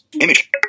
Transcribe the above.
Image